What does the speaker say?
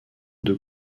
deux